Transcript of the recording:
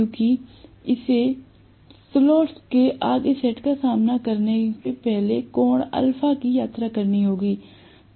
क्योंकि इसे स्लॉट्स के अगले सेट का सामना करने से पहले कोण α की यात्रा करनी होती है